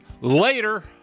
Later